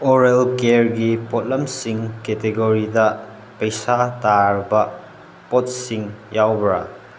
oral ꯀꯤꯌꯔꯒꯤ ꯄꯣꯠꯂꯝꯁꯤꯡ ꯀꯦꯇꯦꯒꯣꯔꯤꯗ ꯄꯩꯁꯥ ꯇꯥꯔꯕ ꯄꯣꯠꯁꯤꯡ ꯌꯥꯎꯕ꯭ꯔꯥ